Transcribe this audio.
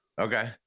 Okay